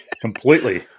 completely